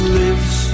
lives